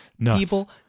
people